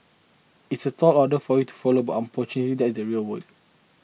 it's a tall order for you to follow but unfortunately that's the real world